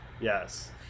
Yes